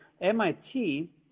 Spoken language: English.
MIT